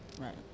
Right